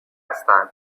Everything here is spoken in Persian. هستند